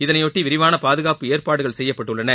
இதனையொட்டி விரிவான பாதுகாப்பு ஏற்பாடுகள் செய்யப்பட்டுள்ளன